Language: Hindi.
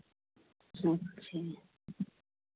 अच्छा